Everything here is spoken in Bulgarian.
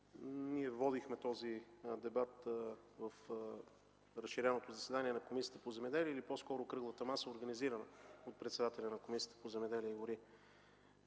ние водихме този дебат в разширеното заседание на Комисията по земеделие и гори или по-скоро Кръглата маса, организираната от председателя на Комисията по земеделие и гори